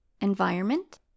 environment